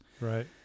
Right